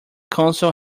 console